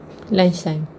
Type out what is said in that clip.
last time